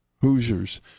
Hoosiers